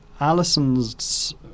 Alison's